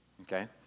Okay